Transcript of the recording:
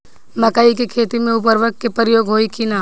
मकई के खेती में उर्वरक के प्रयोग होई की ना?